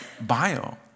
bio